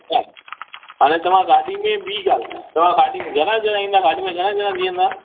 ठीकु आहे हाणे तव्हां गाॾी में ॿी ॻाल्हि तव्हां गाॾी में घणा ॼणा ईंदा घणा ॼणा वेहंदा